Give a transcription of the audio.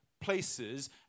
places